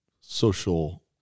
social